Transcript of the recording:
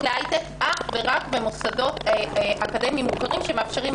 להייטק אך ורק במוסדות אקדמיים מוכרים שמאפשרים